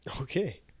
okay